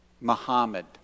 Muhammad